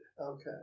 Okay